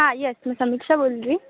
हां यस मी समीक्षा बोल